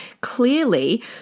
clearly